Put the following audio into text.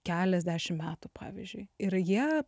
keliasdešimt metų pavyzdžiui ir jie